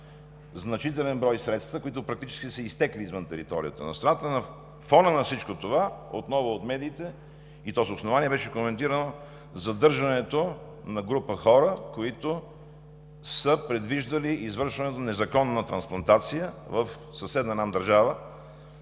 значителен брой средства, които практически са изтекли извън територията на страната. На фона на всичко това отново от медиите, и то с основание, беше коментирано задържането на група хора, които са предвиждали извършването на незаконна трансплантация в съседна нам държава